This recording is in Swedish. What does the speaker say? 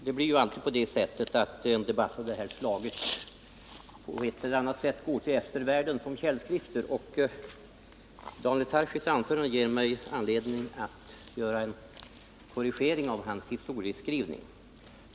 Herr talman! En debatt av det här slaget går på ett eller annat sätt alltid till eftervärlden som källskrifter. Daniel Tarschys anförande ger mig anledning att göra en korrigering av hans historieskrivning.